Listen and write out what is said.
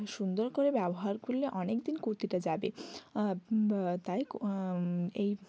সুন্দর করে ব্যবহার করলে অনেকদিন কুর্তিটা যাবে তাই এই